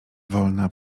wolna